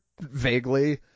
vaguely